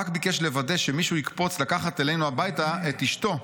רק ביקש לוודא שמישהו יקפוץ לקחת אלינו הביתה את אשתו,